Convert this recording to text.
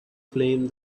flame